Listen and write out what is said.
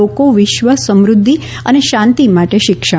લોકો વિશ્વ સમૃધ્યિ અને શાંતિ માટે શિક્ષણ